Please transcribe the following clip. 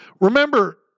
remember